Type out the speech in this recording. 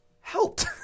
helped